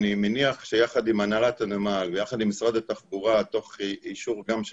אני מניח שיחד עם הנהלת הנמל ויחד עם משרד התחבורה תוך אישור גם של